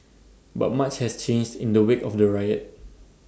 but much has changed in the wake of the riot